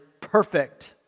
perfect